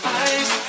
eyes